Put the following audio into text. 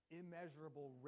immeasurable